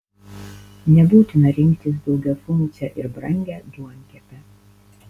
nebūtina rinktis daugiafunkcę ir brangią duonkepę